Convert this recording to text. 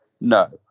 no